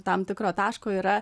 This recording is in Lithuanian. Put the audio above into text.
tam tikro taško yra